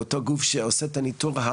אותו גוף שעושה את הניטור,